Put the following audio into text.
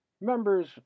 members